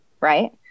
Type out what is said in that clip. Right